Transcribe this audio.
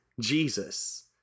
Jesus